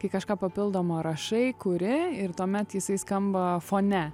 kai kažką papildomo rašai kuri ir tuomet jisai skamba fone